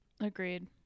agreed